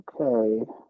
Okay